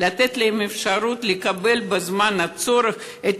אלא ייתן להם אפשרות לקבל בזמן הצורך את